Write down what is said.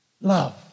Love